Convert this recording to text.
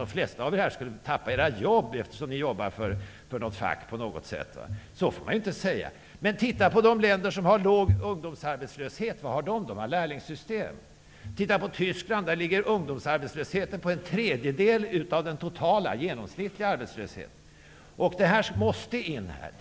De flesta av er skulle väl förlora era jobb, eftersom det är så många av er som jobbar för något fack. Så får man inte säga. Titta på de länder som har låg ungdomsarbetslöshet! Hur kan de ha det? Jo, de har lärlingssystem. Titta på Tyskland, där ungdomsarbetslösheten ligger på en tredjedel av den totala genomsnittliga arbetslösheten! Det